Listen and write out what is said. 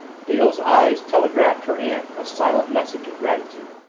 dale's eyes telegraphed her aunt a silent message of gratitude.